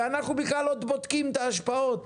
ואנחנו בכלל לא בודקים את ההשפעות.